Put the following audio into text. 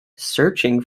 searching